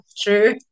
true